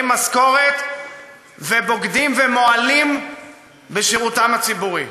משכורת ובוגדים ומועלים בשירותם הציבורי.